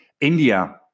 India